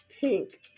pink